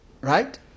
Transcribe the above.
right